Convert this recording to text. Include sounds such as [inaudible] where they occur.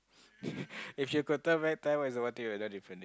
[laughs] if you could turn back time what is the one thing you would have done differently